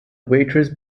waitress